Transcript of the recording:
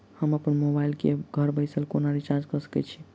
हम अप्पन मोबाइल कऽ घर बैसल कोना रिचार्ज कऽ सकय छी?